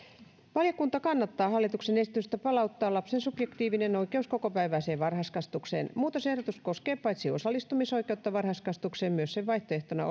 valiokunta kannattaa hallituksen esitystä palauttaa lapsen subjektiivinen oikeus kokopäiväiseen varhaiskasvatukseen muutosehdotus koskee paitsi osallistumisoikeutta varhaiskasvatukseen myös sen vaihtoehtona